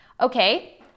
okay